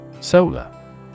Solar